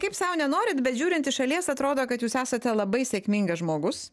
kaip sau nenorit bet žiūrint iš šalies atrodo kad jūs esate labai sėkmingas žmogus